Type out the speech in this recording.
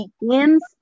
begins